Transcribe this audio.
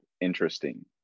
interesting